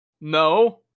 no